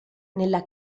nella